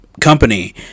company